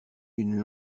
une